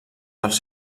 dels